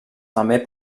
també